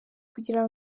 kugira